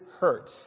hurts